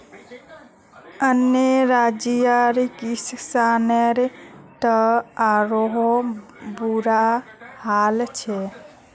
अन्य राज्यर किसानेर त आरोह बुरा हाल छेक